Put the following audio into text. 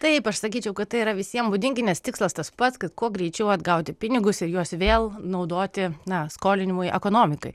taip aš sakyčiau kad tai yra visiem būdingi nes tikslas tas pats kad kuo greičiau atgauti pinigus ir juos vėl naudoti na skolinimui ekonomikai